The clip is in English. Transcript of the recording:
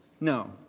no